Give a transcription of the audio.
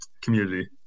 community